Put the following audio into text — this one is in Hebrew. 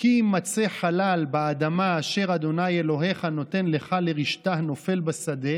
"כי ימצא חלל באדמה אשר ה' אלהיך נתן לך לרשתה נפל בשדה